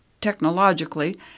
technologically